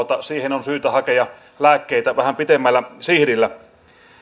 siihen on syytä hakea lääkkeitä vähän pitemmällä sihdillä